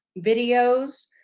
videos